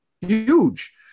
huge